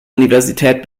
universität